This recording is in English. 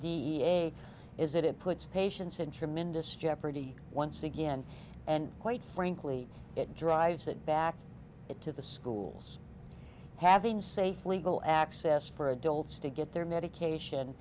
a is that it puts patients in tremendous jeopardy once again and quite frankly it drives it back it to the schools having safe legal access for adults to get their medication